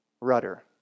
rudder